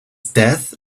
death